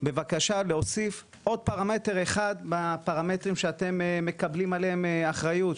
בבקשה להוסיף עוד פרמטר אחד בפרמטרים שאתם מקבלים עליהם אחריות.